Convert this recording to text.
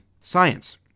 science